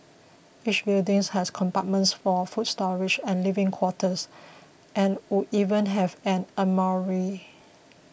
each buildings has compartments for food storage and living quarters and would even have an armoury